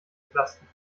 entlasten